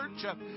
church